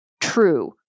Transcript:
true